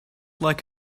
like